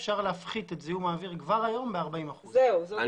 אפשר להפחית את זיהום האוויר ב-40 אחוזים כבר היום.